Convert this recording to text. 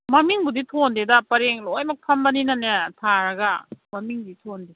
ꯃꯃꯤꯡꯕꯨꯗꯤ ꯊꯣꯟꯗꯦꯗ ꯄꯔꯦꯡ ꯂꯣꯏꯃꯛ ꯐꯝꯕꯅꯤꯅꯅꯦ ꯊꯥꯔꯒ ꯃꯃꯤꯡꯗꯤ ꯊꯣꯟꯗꯦ